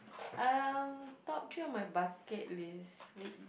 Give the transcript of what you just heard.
um top three on my bucket list would